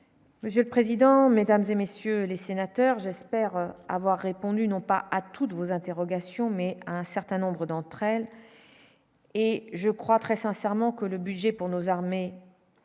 Monsieur le président, Mesdames et messieurs les sénateurs, j'espère avoir répondu non pas à toutes vos interrogations, mais à un certain nombre d'entre elles, et je crois très sincèrement que le budget pour nos armées